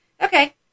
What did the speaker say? Okay